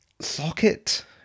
socket